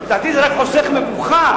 לדעתי זה רק חוסך מבוכה.